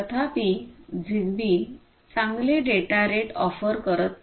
तथापि झिगबी चांगले data rate offer करत नाही